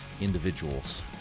individuals